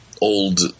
old